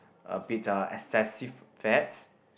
a bit uh excessive fats